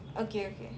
okay okay